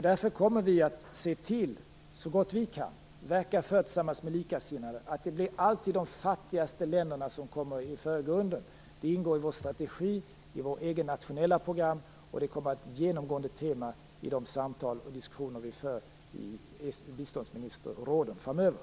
Därför kommer vi, så gott vi kan, att se till och tillsammans med likasinnade verka för att de fattigaste länderna alltid kommer i förgrunden. Det ingår i vår strategi i vårt eget nationella program, och det kommer att vara ett genomgående tema i de samtal och diskussioner som vi för i biståndsministerrådet framöver.